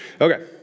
Okay